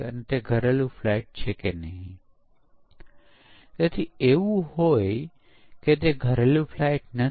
V model પુનરાવૃત્તિને support કરતું નથી